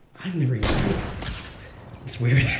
i've never even cried about this. it's weird,